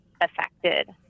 affected